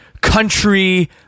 country